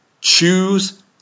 choose